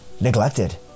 neglected